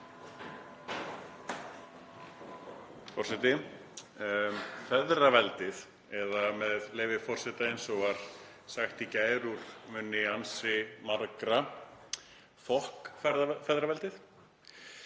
Forseti. Feðraveldið, eða, með leyfi forseta, eins og var sagt í gær úr munni ansi margra: Fokk feðraveldið.